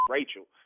Rachel